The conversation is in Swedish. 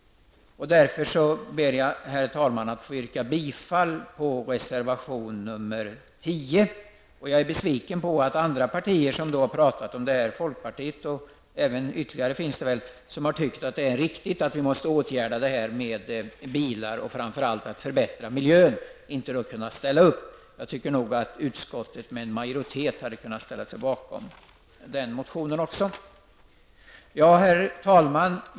Herr talman! Jag ber därför att få yrka bifall till reservation nr 10. Jag är besviken över att andra partier som har talat om detta -- framför allt folkpartiet -- och tyckt att det är riktigt att vi måste åtgärda detta med bilar och att vi skall förbättra miljön inte har kunnat ställa upp. Jag tycker att utskottet med majoritet skulle ha kunnat ställa sig bakom den motionen. Herr talman!